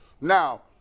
Now